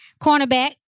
cornerback